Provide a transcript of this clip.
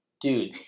Dude